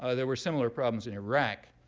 ah there were similar problems in iraq.